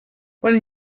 when